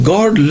God